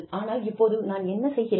ஆனால் இப்போது நான் என்ன செய்கிறேன்